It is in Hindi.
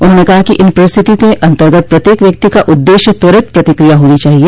उन्होंने कहा कि इन परिस्थितियों के अंतर्गत प्रत्येक व्यक्ति का उद्देश्य त्वरित प्रतिक्रिया होनी चाहिए